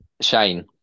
Shane